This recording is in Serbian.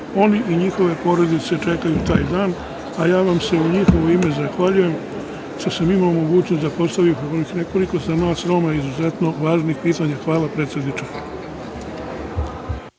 i njihove porodice čekaju taj dan, a ja vam se u njihovo ime zahvaljujem što sam imao mogućnost da postavim ovih nekoliko, za nas Rome, izuzetno važnih pitanja. Hvala, predsedniče.